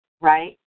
right